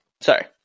Sorry